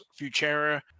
Futura